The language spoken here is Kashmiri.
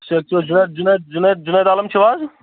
صحت چھُو حظ جُنید جُنید جُنید جُنید عالم چھُو حظ